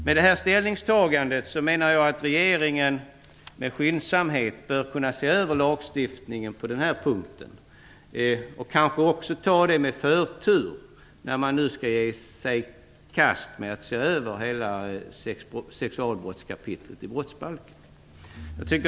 Med det här ställningstagandet menar jag att regeringen med skyndsamhet bör kunna se över lagstiftningen på den här punkten och kanske också ta den här frågan med förtur, när man nu skall ge sig i kast med att se över hela sexualbrottskapitlet i brottsbalken.